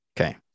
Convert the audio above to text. okay